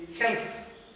health